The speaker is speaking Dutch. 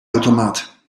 automaat